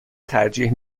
ترجیح